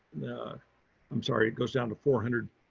ah i'm sorry, it goes down to four hundred